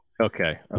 Okay